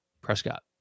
Prescott